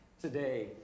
today